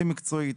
הכי מקצועית,